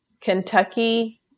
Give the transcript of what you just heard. Kentucky